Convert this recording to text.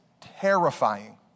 terrifying